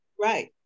Right